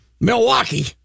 Milwaukee